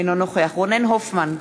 אינו נוכח רונן הופמן,